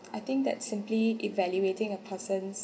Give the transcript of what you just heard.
I think that simply evaluating a person's